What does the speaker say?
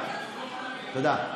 תודה.